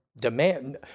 demand